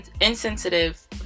insensitive